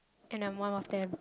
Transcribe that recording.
and I'm one of them